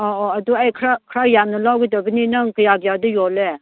ꯑꯣ ꯑꯣ ꯑꯗꯨ ꯑꯩ ꯈꯔ ꯈꯔ ꯌꯥꯝꯅ ꯂꯧꯒꯗꯕꯅꯤ ꯅꯪ ꯀꯌꯥ ꯀꯌꯥꯗ ꯌꯣꯜꯂꯦ